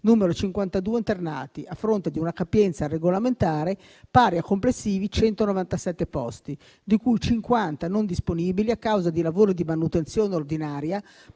cui 52 internati a fronte di una capienza regolamentare pari a complessivi 197 posti, di cui 50 non disponibili a causa di lavori di manutenzione ordinaria